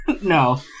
No